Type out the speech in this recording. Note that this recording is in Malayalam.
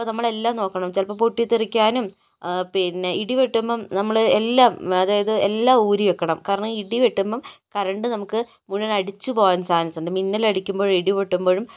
നമ്മളെല്ലാം നോക്കണം ചിലപ്പോൾ പൊട്ടിതെറിക്കാനും പിന്നേ ഇടി വെട്ടുമ്പോൾ നമ്മൾ എല്ലാം അതായത് എല്ലാം ഊരി വെക്കണം കാരണം ഇടി വെട്ടുമ്പം കരണ്ട് നമുക്ക് മുഴുവൻ അടിച്ച് പോകാൻ ചാൻസുണ്ട് മിന്നലടിക്കുമ്പോഴും ഇടി പൊട്ടുമ്പോഴും